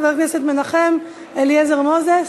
חבר הכנסת מנחם אליעזר מוזס,